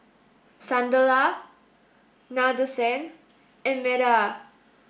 Sunderlal Nadesan and Medha